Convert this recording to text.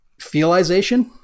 feelization